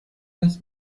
das